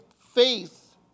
faith